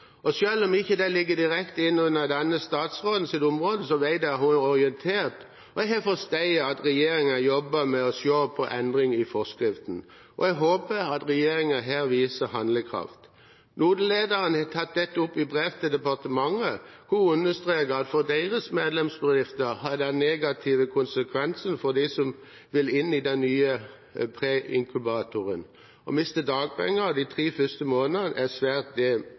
om det ikke ligger direkte inne under denne statsrådens område, vet jeg at hun er orientert, og jeg har forstått at regjeringen jobber med å se på endring i forskriften. Jeg håper at regjeringen her viser handlekraft. NODE-lederen har tatt dette opp i brev til departementet. Hun understreker at for deres medlemsbedrifter har det negative konsekvenser for dem som vil inn i den nye preinkubatoren og mister dagpenger de tre første månedene, noe som er svært demotiverende. Jeg har utfordret næringslivet, sammen med det